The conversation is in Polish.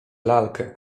lalkę